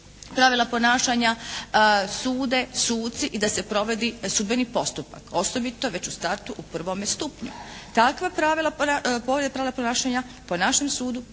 pravila ponašanja sude suci i da se provodi sudbeni postupak, osobito već u startu u prvome stupnju? Takve povrede pravila ponašanja po našem sudu